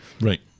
Right